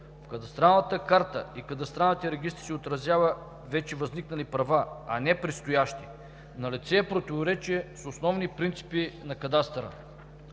кадастралната карта и кадастралните регистри вече се отразяват вече възникнали права, а не предстоящи. Налице е противоречие с основни принципи на кадастъра.